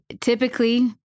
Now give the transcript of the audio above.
Typically